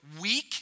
weak